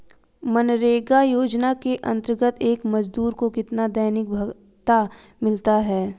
मनरेगा योजना के अंतर्गत एक मजदूर को कितना दैनिक भत्ता मिलता है?